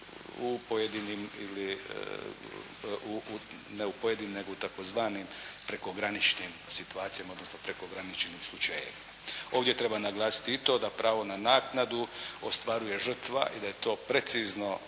u pojedinim ili ne u pojedinim nego u tzv. prekograničnim situacijama odnosno prekograničnim slučajevima. Ovdje treba naglasiti i to da pravo na naknadu ostvaruje žrtva i da je to precizno